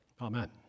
Amen